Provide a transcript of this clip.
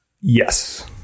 Yes